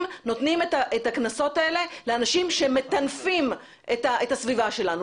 נותנים את הקנסות האלה לאנשים שמטנפים את הסביבה שלנו?